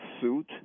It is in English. suit